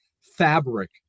fabric